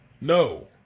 No